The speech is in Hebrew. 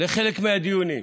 לחלק מהדיונים,